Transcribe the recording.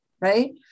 right